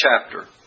chapter